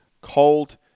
cold